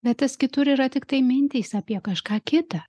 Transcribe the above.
bet tas kitur yra tiktai mintys apie kažką kitą